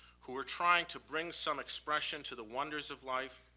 who were trying to bring some expression to the wonders of life.